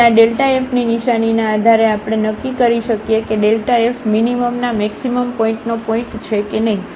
તેથી આ fની નિશાનીના આધારે આપણે નક્કી કરી શકીએ કે f મીનીમમના મેક્સિમમ પોઇન્ટનો પોઇન્ટ છે કે નહીં